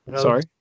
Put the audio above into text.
Sorry